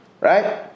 Right